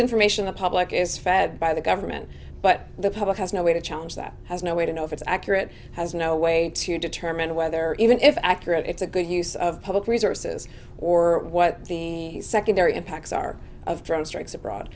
information the public is fed by the government but the public has no way to challenge that has no way to know if it's accurate has no way to determine whether even if accurate it's a good use of public resources or or what the secondary impacts are of drone strikes abroad